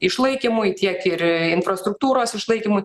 išlaikymui tiek ir infrastruktūros išlaikymui